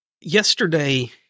yesterday –